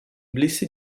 blessé